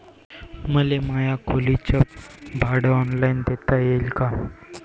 मले माया खोलीच भाड ऑनलाईन देता येईन का?